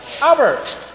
Albert